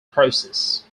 process